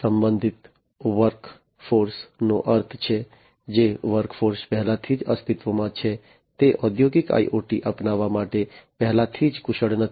પ્રતિબંધિત વર્ક ફોર્સનો અર્થ છે જે વર્ક ફોર્સ પહેલેથી અસ્તિત્વમાં છે તે ઔદ્યોગિક IoT અપનાવવા માટે પહેલાથી જ કુશળ નથી